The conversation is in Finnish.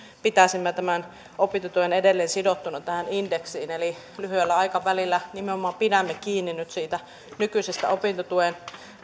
pitäisimme tämän opintotuen edelleen sidottuna tähän indeksiin eli lyhyellä aikavälillä nimenomaan pidämme kiinni nyt siitä nykyisestä opintotuen